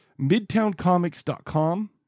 midtowncomics.com